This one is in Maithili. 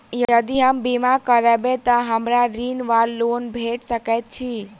यदि हम बीमा करबै तऽ हमरा ऋण वा लोन भेट सकैत अछि?